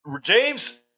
James